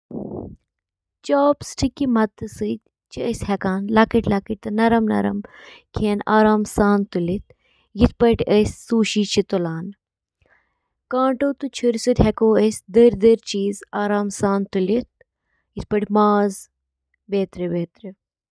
سائیکلٕک اَہَم جُز تہٕ تِم کِتھ کٔنۍ چھِ اِکہٕ وٹہٕ کٲم کران تِمَن منٛز چھِ drive train, crank set, bottom bracket, brakes, wheel تہٕ ٹائر تہٕ باقی۔